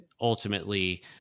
ultimately